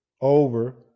over